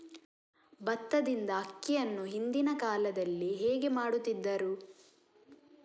ಭತ್ತದಿಂದ ಅಕ್ಕಿಯನ್ನು ಹಿಂದಿನ ಕಾಲದಲ್ಲಿ ಹೇಗೆ ಮಾಡುತಿದ್ದರು?